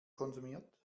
konsumiert